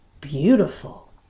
beautiful